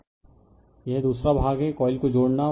यह यह दूसरा भाग है कॉइल को जोड़ना